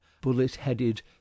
bullet-headed